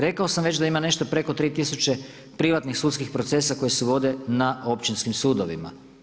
Rekao sam već da ima nešto preko 3000 privatnih sudskih procesa koji se vode na općinskim sudovima.